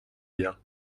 bien